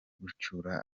gucyura